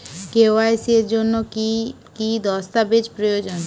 KYC এর জন্যে কি কি দস্তাবেজ প্রয়োজন?